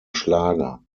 schlager